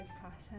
process